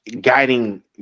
guiding